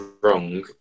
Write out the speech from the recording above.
wrong